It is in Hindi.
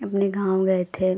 अपने गाँव गए थे